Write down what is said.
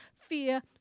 fear